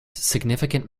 significant